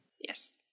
Yes